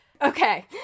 Okay